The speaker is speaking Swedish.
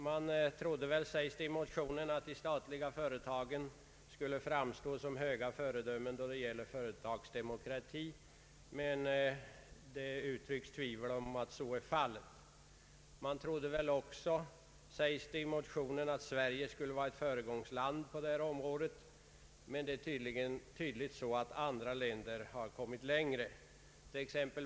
Man trodde väl — som det sägs i motionen — att de statliga företagen skulle framstå som höga föredömen då det gäller företagsdemokrati, men det uttrycks tvivel om att så är fallet. Man trodde väl också att Sverige skulle vara ett föregångsland på detta område, men tydligen har andra länder kommit längre.